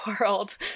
world